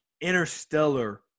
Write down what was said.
Interstellar